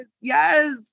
yes